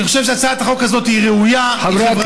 אני חושב שהצעת החוק הזאת היא ראויה, היא חברתית.